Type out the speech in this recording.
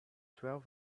twelve